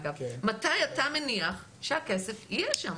אגב מתי אתה מניח שהכסף יהיה שם?